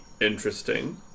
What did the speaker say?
interesting